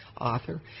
author